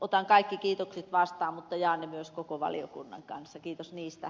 otan kaikki kiitokset vastaan mutta jaan ne myös koko valiokunnan kanssa kiitos niistä